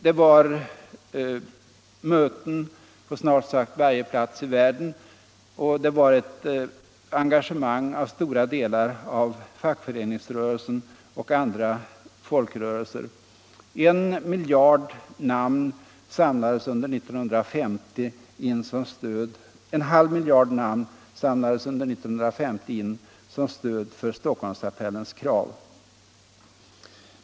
Det var möten på snart sagt varje plats i världen och ett engagemang av stora delar av fackföreningsrörelsen och andra folkrörelser. En halv miljard namn samlades under 1950 in som stöd för Stockholmsappellens krav.